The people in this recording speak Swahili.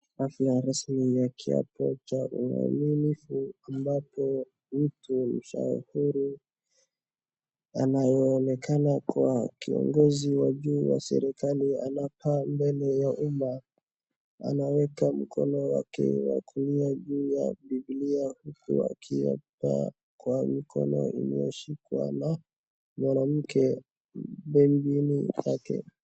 Hafla rasmi ya kiapo cha uaminifu ambapo mtu mshauri anayeonekana kuwa kiongozi wa juu wa serikali anaapa mbele ya uma. Anaweka mkono wake wa kulia juu ya bibilia huku akiapa kwa mkono iliyoshikwa na mwanamke mbebini ake.